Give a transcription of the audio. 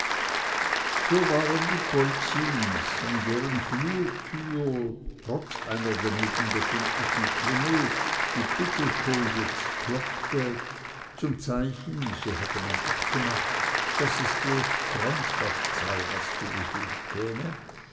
so waren die polzins an deren flurtür trotz einer daneben befindlichen klingel die pittelkow jetzt klopfte zum zeichen so hatte man abgemacht daß es bloß freundschaft sei was zu besuch käme